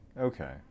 okay